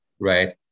Right